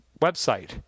website